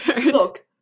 Look